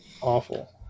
awful